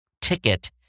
ticket